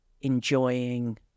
enjoying